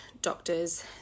doctors